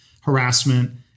harassment